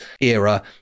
era